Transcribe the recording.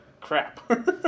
crap